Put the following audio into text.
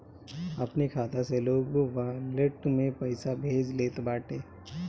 अपनी खाता से लोग वालेट में पईसा भेज लेत बाटे